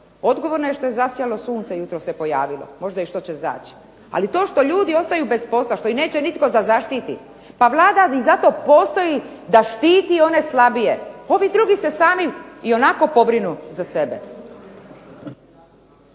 Odgovorna što je zasjalo sunce, jutros se pojavilo, možda i što će zaći. Ali to što ljudi ostaju bez posla, što ih neće nitko da zaštiti. Pa Vlada zato i postoji da štiti one slabije. Ovi drugi se sami i onako pobrinu za sebe.